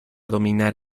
dominar